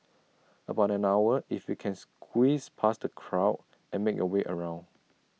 about an hour if you can squeeze past the crowd and make your way around